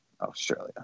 Australia